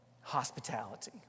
Hospitality